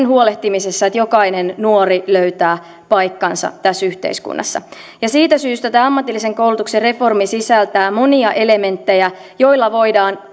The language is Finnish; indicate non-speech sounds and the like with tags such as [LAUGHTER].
[UNINTELLIGIBLE] huolehtimisessa että jokainen nuori löytää paikkansa tässä yhteiskunnassa siitä syystä tämä ammatillisen koulutuksen reformi sisältää monia elementtejä joilla voidaan [UNINTELLIGIBLE]